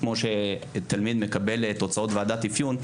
כמו שתלמיד מקבל תוצאות ועדת אפיון,